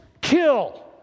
kill